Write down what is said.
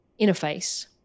interface